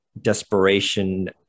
desperation